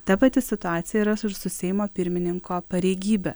ta pati situacija yras ir su seimo pirmininko pareigybe